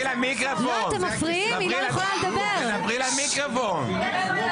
שתתקרב למיקרופון.